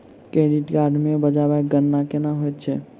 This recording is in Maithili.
क्रेडिट कार्ड मे ब्याजक गणना केना होइत छैक